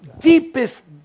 deepest